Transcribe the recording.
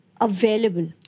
available